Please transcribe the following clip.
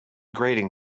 grating